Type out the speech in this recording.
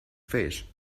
fish